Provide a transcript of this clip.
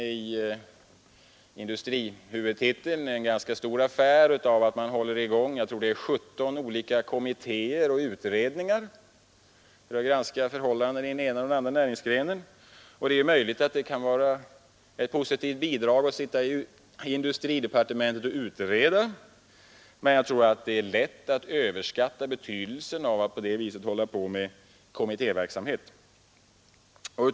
I industrihuvudtiteln görs en ganska stor affär av att 17 olika kommittéer och utredningar granskar förhållandena inom den ena eller den andra näringsgrenen. Det är möjligt att det kan vara ett positivt bidrag att sitta i industridepartementet och utreda, men jag tror att det är lätt att överskatta betydelsen av kommittéverksamhet.